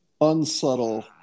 unsubtle